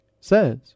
Says